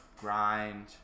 grind